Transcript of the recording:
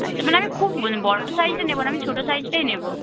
আচ্ছা মানে আমি খুব বড় সাইজের নেব না আমি ছোটো সাইজটাই নেব